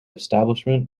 establishment